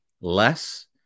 less